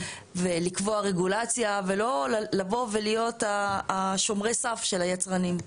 לקבוע רגולציה ולא לבוא ולהיות שומרי הסף של היצרנים.